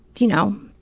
you know,